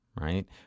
right